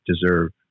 deserve